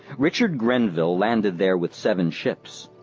richard grenville landed there with seven ships.